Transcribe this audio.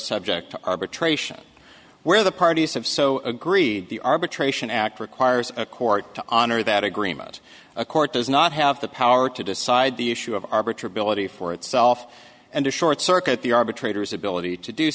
subject to arbitration where the parties have so agreed the arbitration act requires a court to honor that agreement a court does not have the power to decide the issue of arbitrary realty for itself and a short circuit the arbitrators ability to do